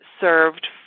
served